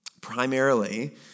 primarily